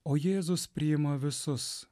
o jėzus priima visus